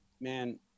Man